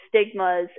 stigmas